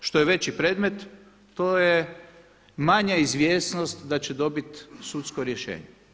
Što je veći predmet to je manje izvjesnost da će dobiti sudsko rješenje.